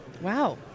Wow